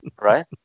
Right